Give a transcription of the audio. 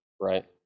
right